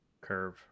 curve